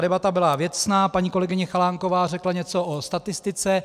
Debata byla věcná, paní kolegyně Chalánková řekla něco o statistice.